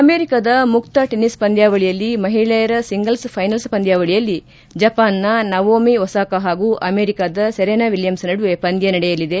ಅಮೆರಿಕದ ಮುಕ್ತ ಟೆನಿಸ್ ಪಂದ್ಯಾವಳಿಯಲ್ಲಿ ಮಹಿಳೆಯರ ಸಿಂಗಲ್ಲ್ ಫೈನಲ್ಲ್ ಪಂದ್ಯಾವಳಿಯಲ್ಲಿ ಜಪಾನ್ನ ನವೋಮಿ ಒಸಾಕಾ ಹಾಗೂ ಅಮೆರಿಕದ ಸರೇನಾ ವಿಲಿಯಮ್ಸ್ ನಡುವೆ ಪಂದ್ಯ ನಡೆಯಲಿದೆ